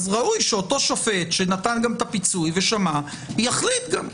ראוי שאותו שופט שנתן את הפיצוי ושמע, יחליט.